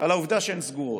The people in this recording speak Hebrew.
על העובדה שהן סגורות.